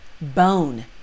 bone